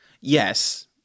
Yes